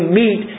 meet